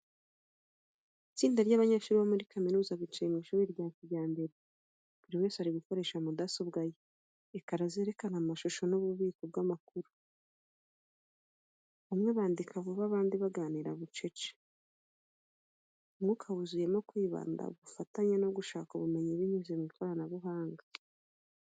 Itsinda ry’abanyeshuri bo muri kaminuza bicaye mu ishuri rya kijyambere, buri wese ari gukoresha mudasobwa ye. Ekara zerekana amasomo n’ububiko bw’amakuru. Bamwe bandika vuba, abandi baganira bucece. Umwuka wuzuyemo kwibanda, ubufatanye, no gushakashaka ubumenyi binyuze mu ikoranabuhanga.